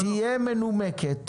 תהיה מנומקת.